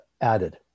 added